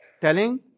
telling